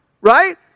Right